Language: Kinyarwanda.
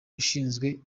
ushinzwe